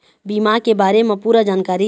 बीमा के बारे म पूरा जानकारी?